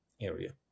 area